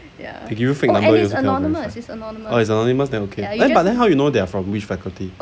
they give you fake num~ oh is anonymous then okay but then how you know they are from which faculty